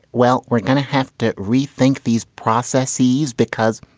well, weren't going to have to rethink these processes because.